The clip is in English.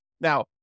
Now